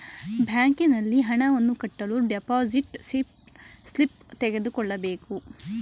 ಬ್ಯಾಂಕಿನಲ್ಲಿ ಹಣವನ್ನು ಕಟ್ಟಲು ಡೆಪೋಸಿಟ್ ಸ್ಲಿಪ್ ತೆಗೆದುಕೊಳ್ಳಬೇಕು